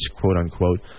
quote-unquote